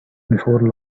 before